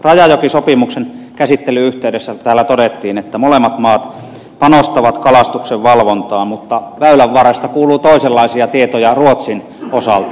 rajajokisopimuksen käsittelyn yhteydessä täällä todettiin että molemmat maat panostavat kalastuksen valvontaan mutta väylänvarresta kuuluu toisenlaisia tietoja ruotsin osalta